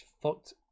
fucked